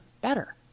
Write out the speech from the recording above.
better